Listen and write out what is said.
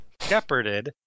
shepherded